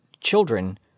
children